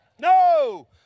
No